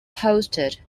hosted